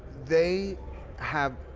they have